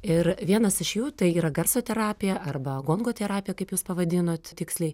ir vienas iš jų tai yra garso terapija arba gongų terapija kaip jūs pavadinot tiksliai